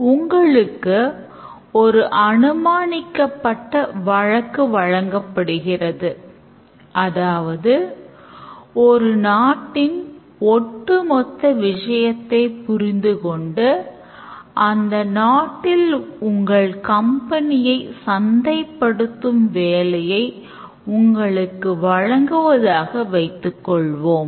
உங்களுக்கு ஒரு அநுமானிக்கப்பட்ட வழக்கு வழங்கப்படுகிறது அதாவது ஒரு நாட்டின் ஒட்டுமொத்த விஷயத்தை புரிந்து கொண்டு அந்த நாட்டில் உங்கள் கம்பெனியை சந்தைப்படுத்தும் வேலையை உங்களுக்கு வழங்குவதாக வைத்துக்கொள்வோம்